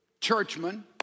churchman